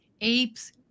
apes